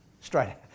straight